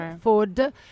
food